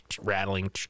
rattling